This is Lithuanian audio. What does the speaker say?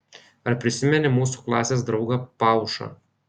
ar prisimeni mūsų klasės draugą paušą